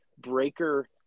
breaker